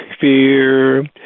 fear